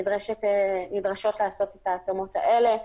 ונדרשות לעשות את ההתאמות האלה.